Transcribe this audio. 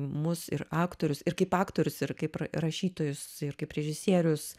mus ir aktorius ir kaip aktorius ir kaip ra rašytojus ir kaip režisierius